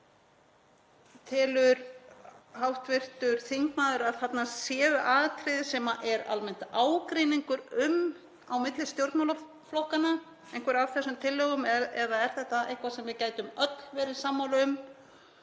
Telur hv. þingmaður að þarna séu atriði sem er almennt ágreiningur um á milli stjórnmálaflokkanna, einhverjar af þessum tillögum, eða er þetta eitthvað sem við gætum öll verið sammála um?